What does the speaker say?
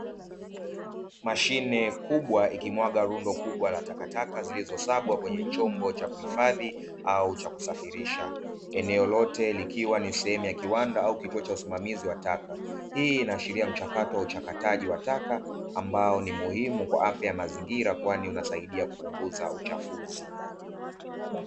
Mashine kubwa ikimwaga rundo kubwa la takataka zilizosagwa kwenye chombo cha kuhifadhi au cha kusafirisha, eneo lote likiwa ni sehemu ya kiwanda au kituo cha usimamizi wa taka. Hii inaashiria mchakato wa uchakataji wa taka ambao ni muhimu kwa afya ya mazingira, kwani unasaidia kupunguza uchafuzi.